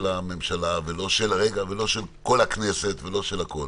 הממשלה ולא של כל הכנסת ולא של הכול.